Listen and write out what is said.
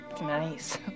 Nice